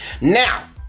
Now